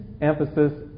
emphasis